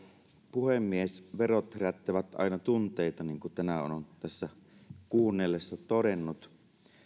puhemies verot herättävät aina tunteita niin kuin tänään on on tässä kuunnellessa todennut